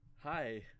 hi